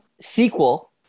sequel